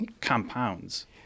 compounds